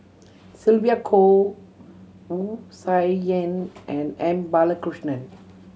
Sylvia Kho Wu Tsai Yen and M Balakrishnan